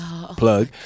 plug